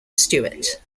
stewart